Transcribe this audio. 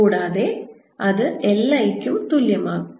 കൂടാതെ അതെ അത് L I ക്കും തുല്യമാകും